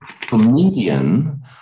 comedian